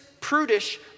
prudish